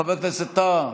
חבר הכנסת טאהא,